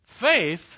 Faith